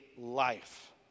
life